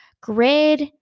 grid